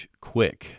quick